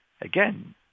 Again